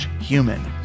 human